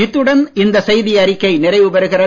இத்துடன் இந்த செய்தி அறிக்கை நிறைவு பெறுகிறது